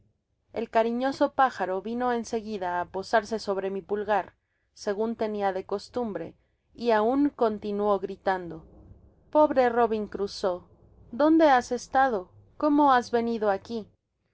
el cariñoso pájaro vino en seguida á posarse sobre mi pulga segan tenia de costumbre y aun continuó gritando j po bre robin crusoé dónde has estado cémo has venido aqui